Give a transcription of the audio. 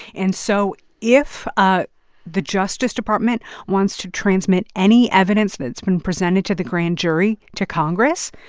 and so if ah the justice department wants to transmit any evidence that's been presented to the grand jury to congress,